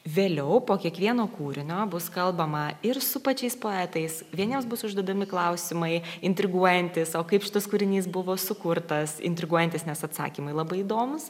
vėliau po kiekvieno kūrinio bus kalbama ir su pačiais poetais vieniems bus užduodami klausimai intriguojantys o kaip šitas kūrinys buvo sukurtas intriguojantys nes atsakymai labai įdomūs